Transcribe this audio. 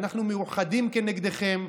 אנחנו מאוחדים כנגדכם.